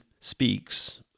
speaks